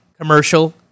commercial